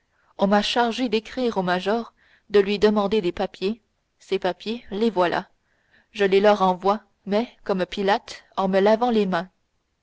on m'a chargé d'écrire au major de lui demander des papiers ces papiers les voilà je les leur envoie mais comme pilate en me lavant les mains